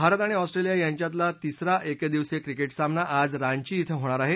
भारत आणि ऑस्ट्रेलिया यांच्यातला तिसरा एकदिवसीय क्रिकेट सामना आज रांची क्रिं होणार आहे